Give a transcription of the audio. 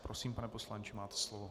Prosím, pane poslanče, máte slovo.